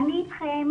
אני אתכם.